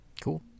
Cool